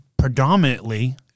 Predominantly